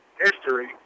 history